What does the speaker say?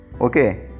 Okay